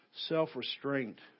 self-restraint